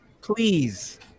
Please